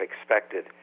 expected